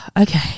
okay